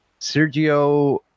Sergio